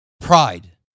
pride